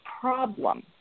problem